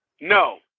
No